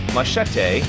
Machete